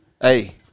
Hey